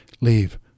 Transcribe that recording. Leave